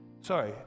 sorry